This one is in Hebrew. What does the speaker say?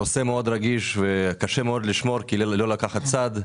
הנושא מאוד רגיש וקשה מאוד לשמור לא לקחת צד,